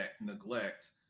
neglect